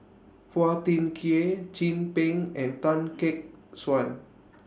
Phua Thin Kiay Chin Peng and Tan Gek Suan